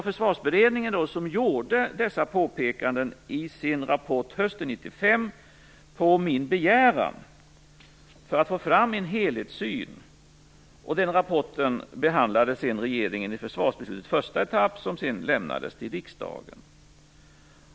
Försvarsberedningen gjorde dessa påpekanden i sin rapport hösten 1995 på min begäran för att få fram en helhetssyn. Den rapporten behandlade regeringen i försvarsbeslutets första etapp som sedan lämnades till riksdagen.